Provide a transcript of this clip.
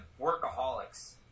workaholics